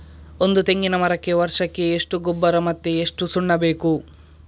ಒಂದು ತೆಂಗಿನ ಮರಕ್ಕೆ ವರ್ಷಕ್ಕೆ ಎಷ್ಟು ಗೊಬ್ಬರ ಮತ್ತೆ ಎಷ್ಟು ಸುಣ್ಣ ಬೇಕು?